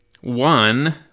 One